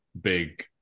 big